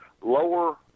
lower